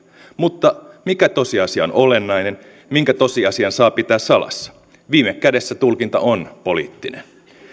mutta mikä tosiasia on olennainen minkä tosiasian saa pitää salassa viime kädessä tulkinta on poliittinen